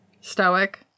Stoic